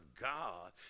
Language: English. God